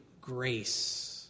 grace